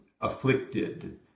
afflicted